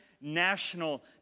...national